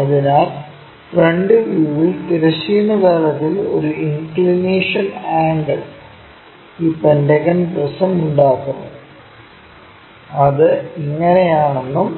അതിനാൽ ഫ്രണ്ട് വ്യൂവിൽ തിരശ്ചീന തലത്തിൽ ഒരു ഇൻക്ക്ളിനേഷൻ ആംഗിൾ ഈ പെന്റഗൺ പ്രിസം ഉണ്ടാക്കുന്നു അത് ഇങ്ങനെയാണെന്നും